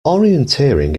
orienteering